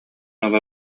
ыла